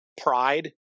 pride